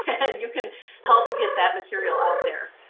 and you can help get that material out there.